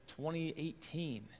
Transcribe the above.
2018